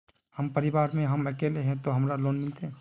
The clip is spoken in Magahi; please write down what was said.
हम परिवार में हम अकेले है ते हमरा लोन मिलते?